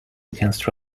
against